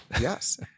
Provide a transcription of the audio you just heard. Yes